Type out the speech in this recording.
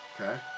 Okay